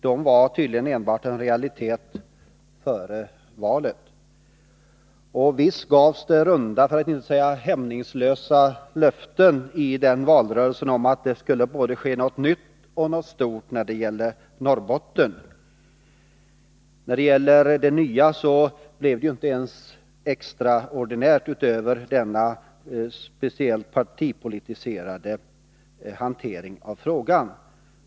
De var tydligen en realitet bara före valet. Visst gavs det runda, för att inte säga hämningslösa, löften i valrörelsen. Det sades att det skulle ske både nya och stora saker i Norrbotten. När det gäller det nya blev det ju ingenting extra utöver denna speciellt partipolitiserade hantering av frågan.